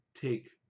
take